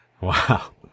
Wow